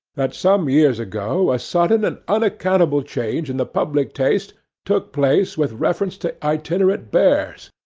that some years ago a sudden and unaccountable change in the public taste took place with reference to itinerant bears,